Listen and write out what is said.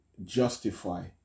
Justify